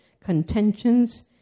contentions